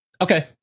Okay